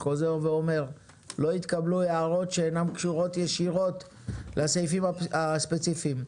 לא יתקבלו הערות שאינן קשורות ישירות לסעיפים הספציפיים.